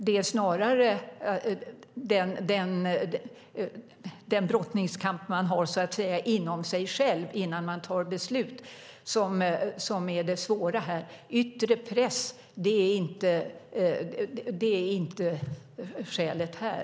Det är snarare den brottningskamp man har inom sig själv innan man tar beslut som är det svåra. Yttre press är inte skälet här.